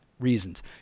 reasons